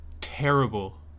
terrible